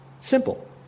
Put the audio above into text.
simple